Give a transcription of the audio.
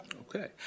Okay